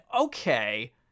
Okay